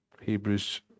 Hebrews